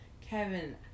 Kevin